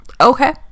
Okay